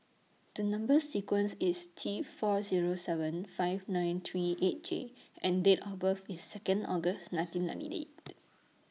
The Number sequence IS T four Zero seven five nine three eight J and Date of birth IS Second August nineteen ninety eight